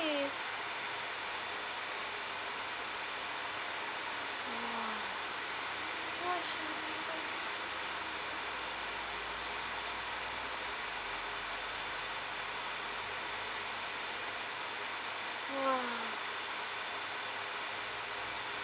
oh !wah!